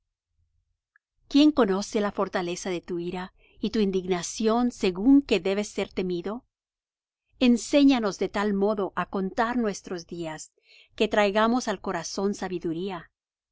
quién conoce la fortaleza de tu ira y tu indignación según que debes ser temido enséñanos de tal modo á contar nuestros días que traigamos al corazón sabiduría